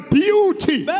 beauty